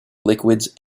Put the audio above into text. liquids